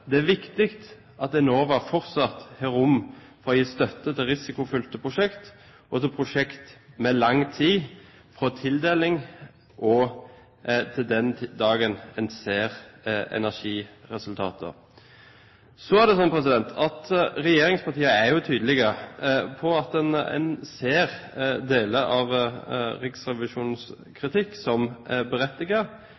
det er viktig at Enova fortsatt har rom for å gi støtte til risikofylte prosjekt og til prosjekt med lang tid fra tildeling og til den dagen man ser energiresultater. Regjeringspartiene er tydelige på at man ser på deler av Riksrevisjonens kritikk som berettiget, og at